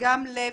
אגם לוי,